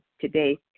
today